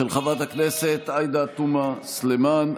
של חברת הכנסת עאידה תומא סלימאן,